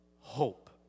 hope